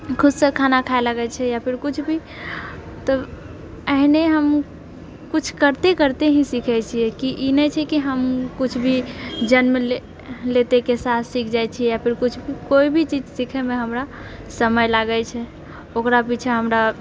खुदसँ खाना खाए लागै छै या फेर किछु भी तऽ एहने हम किछु करते करते ही सीखए छिऐ कि ई नहि छै कि हम किछु भी जन्म लेतेके साथ सीख जाइत छिऐ या फेर किछु भी कोइ भी चीज सीखएमे हमरा समय लागैत छै ओकरा पीछाँ हमरा